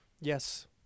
Yes